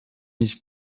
ich